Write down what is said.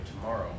tomorrow